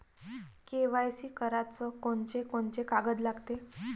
KYC कराच कोनचे कोनचे कागद लागते?